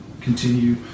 Continue